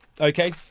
Okay